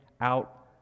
out